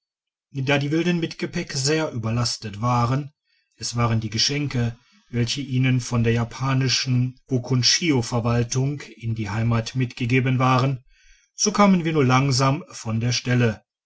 da die wilden mit gepäck sehr überlastet waren es waren die geschenke welche ihnen von der japanischen bukunshio verwaltung in die heimat mitgegeben waren so kamen wir nur langsam von der stelle